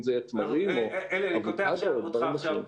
אם אלה תמרים או אבוקדו או דברים אחרים.